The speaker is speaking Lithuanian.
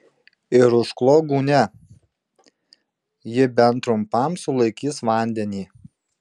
ir užklok gūnia ji bent trumpam sulaikys vandenį